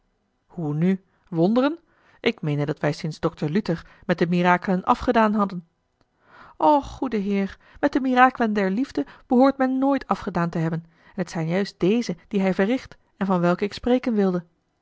hoe nu wonderen ik meende dat wij sinds dokter luther met de mirakelen afgedaan hadden och goede heer met de mirakelen der liefde behoort men nooit afgedaan te hebben en t zijn juist deze die hij verricht en van welke ik spreken wilde